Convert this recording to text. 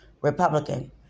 Republican